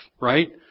right